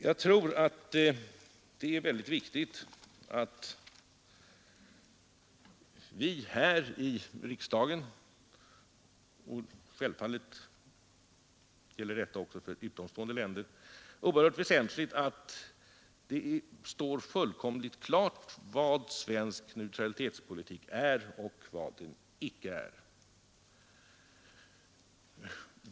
Jag tror att det är väldigt viktigt för oss här i riksdagen — och självfallet är detta också väsentligt för utomstående länder — att det står fullkomligt klart vad svensk neutralitetspolitik är och vad den icke är.